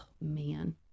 man